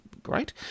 Great